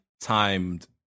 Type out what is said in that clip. timed